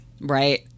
right